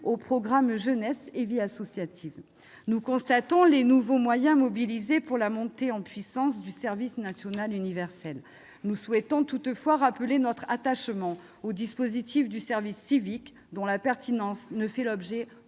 au programme « Jeunesse et vie associative ». Nous avons pris connaissance des nouveaux moyens mobilisés pour la montée en puissance du SNU. Nous souhaitons toutefois rappeler notre attachement au dispositif du service civique, dont la pertinence ne fait l'objet